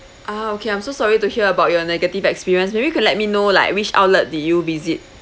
uh okay I'm so sorry to hear about your negative experience maybe could let me know like which outlet did you visit